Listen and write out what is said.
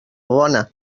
bona